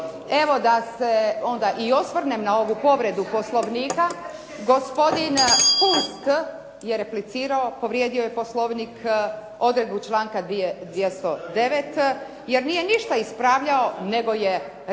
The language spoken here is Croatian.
Evo, da se onda i osvrnem na ovu povredu poslovnika. Gospodin Kunst je replicirao, povrijedio je poslovnik odredbu članka 209. jer nije ništa ispravljao nego je replicirao